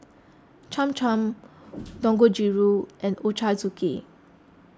Cham Cham Dangojiru and Ochazuke